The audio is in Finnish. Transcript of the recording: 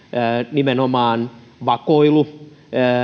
nimenomaan vakoilu